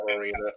Arena